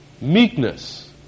meekness